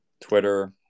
Twitter